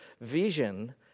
vision